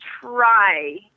try